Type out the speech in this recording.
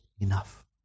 enough